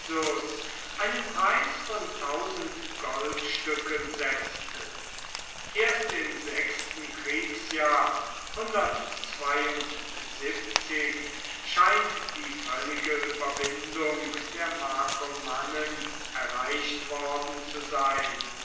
einen preis von tausend goldstücken setzte erst im sechsten kriegsjahr scheint die völlige überwindung der markomannen erreicht worden zu sein